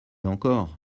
encore